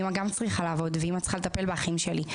כי אימא גם צריכה לעבוד ואימא צריכה לטפל באחים שלי.